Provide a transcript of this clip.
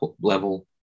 level